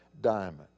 diamond